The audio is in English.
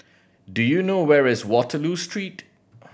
do you know where is Waterloo Street